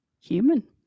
human